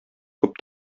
күп